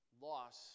loss